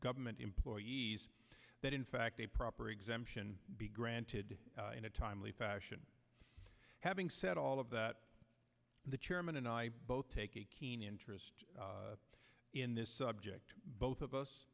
government employees that in fact a proper exemption be granted in a timely fashion having said all of that the chairman and i both take a keen interest in this subject both of us